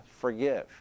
forgive